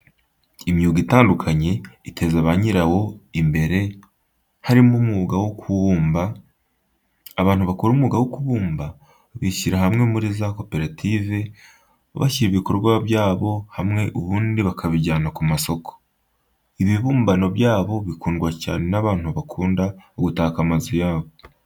Imyuga itandukanye iteza ba nyirawo imbere harimo umwuga wo kubumba, abantu bakora umwuka wo kubumba bishyira hamwe muri za koperative, bashyira ibikorwa byabo hamwe ubundi bakabijyana ku masoko. Ibibumbano byabo bikundwa cyane n'abantu bakunda gutaka amazu yabo.